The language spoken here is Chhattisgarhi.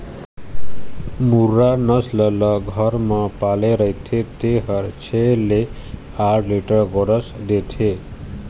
मुर्रा नसल ल घर म पाले रहिथे तेन ह छै ले आठ लीटर गोरस देथे